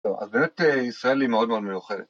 ‫טוב, אז באמת ישראל היא ‫מאוד מאוד מיוחדת.